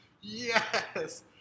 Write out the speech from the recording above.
Yes